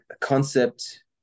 concept